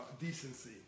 decency